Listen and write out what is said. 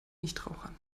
nichtrauchern